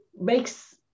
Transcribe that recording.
Makes